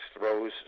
throws